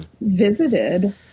visited